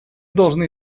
должны